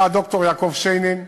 היה ד"ר יעקב שיינין,